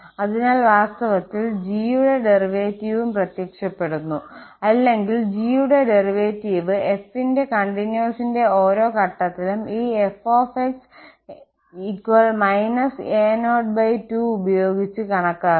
അതിനാൽ വാസ്തവത്തിൽ g യുടെ ഡെറിവേറ്റീവും പ്രത്യക്ഷപ്പെടുന്നു അല്ലെങ്കിൽ g യുടെ ഡെറിവേറ്റീവ് f ന്റെ കണ്ടിന്വസ് ൻറെ ഓരോ ഘട്ടത്തിലും ഈ f −a02ഉപയോഗിച്ച് കണക്കാക്കാം